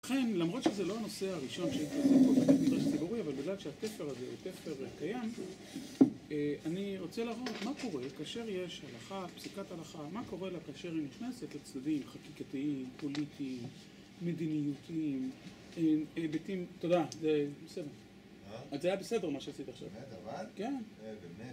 לכן, למרות שזה לא הנושא הראשון שהייתי עושה פה, זה כבר סיבורי, אבל בגלל שהתפר הזה, התפר, קיים, אני רוצה להראות מה קורה כאשר יש הלכה, פסיקת הלכה, מה קורה כאשר היא נכנסת לצדדים חקיקתיים, פוליטיים, מדיניותיים, היבטים... תודה, זה בסדר. זה היה בסדר מה שעשית עכשיו. באמת, אבל... כן.